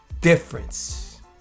Difference